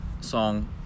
song